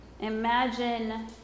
imagine